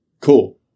cool